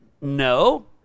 No